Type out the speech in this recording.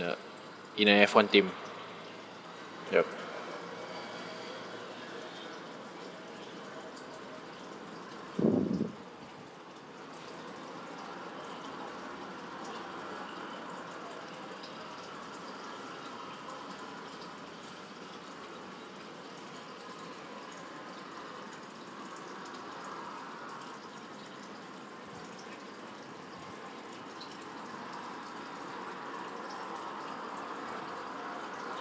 uh in a F one team yup